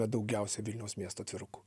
bet daugiausia vilniaus miesto cirkų